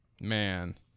Man